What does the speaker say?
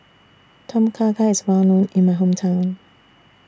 Tom Kha Gai IS Well known in My Hometown